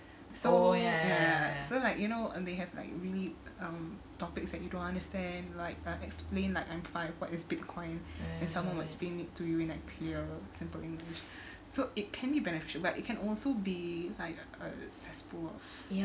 so ya so like you know and they have like really um topics that you don't understand like uh explain like I'm five what is bitcoin and someone will explain it to you in a clearer simple english so it can be beneficial but it can also be like a cesspool